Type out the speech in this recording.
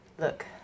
look